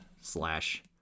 slash